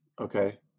Okay